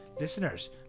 Listeners